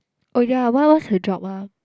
oh ya what what's her job !wah!